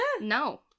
No